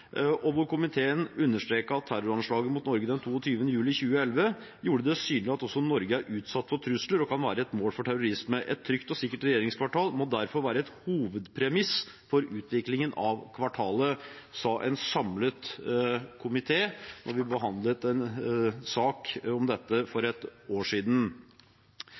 hvor komiteen understreket at «terroranslaget mot Norge den 22. juli 2011 gjorde det synlig at også Norge er utsatt for trusler og kan være et mål for terrorisme. Et trygt og sikkert regjeringskvartal må derfor være et hovedpremiss for utviklingen av kvartalet.» Dette skrev en samlet komité da vi behandlet en sak om dette for et år siden.